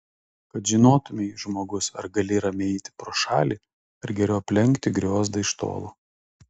kad žinotumei žmogus ar gali ramiai eiti pro šalį ar geriau aplenkti griozdą iš tolo